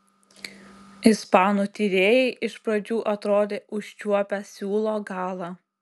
ispanų tyrėjai iš pradžių atrodė užčiuopę siūlo galą